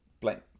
blank